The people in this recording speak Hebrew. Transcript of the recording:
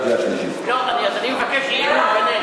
אז גם אנסה לקצר בגלל זה.